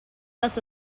also